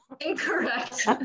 Incorrect